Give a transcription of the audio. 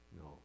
No